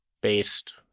based